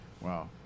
Wow